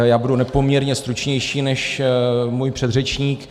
Já budu nepoměrně stručnější než můj předřečník.